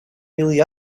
really